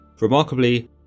Remarkably